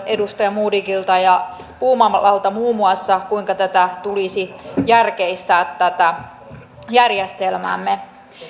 edustaja modigilta ja puumalalta kuinka tulisi järkeistää tätä järjestelmäämme